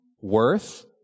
worth